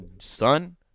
son